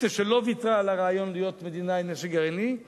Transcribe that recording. מפני שלא ויתרה על הרעיון להיות מדינה עם נשק גרעיני .